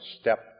step